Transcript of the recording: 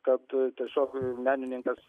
kad tiesiog menininkas